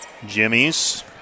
Jimmys